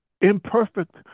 Imperfect